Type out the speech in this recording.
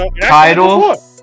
title